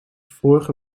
vorige